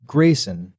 Grayson